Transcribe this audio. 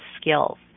skills